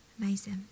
Amazing